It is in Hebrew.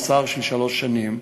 מאסר שלוש שנים",